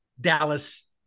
Dallas